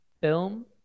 Film